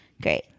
great